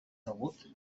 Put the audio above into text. degut